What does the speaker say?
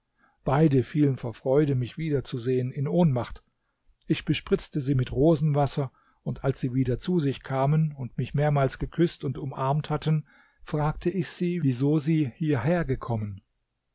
beide fielen vor freude mich wiederzusehen in ohnmacht ich bespritzte sie mit rosenwasser und als sie wieder zu sich kamen und mich mehrmals geküßt und umarmt hatten fragte ich sie wieso sie hierhergekommen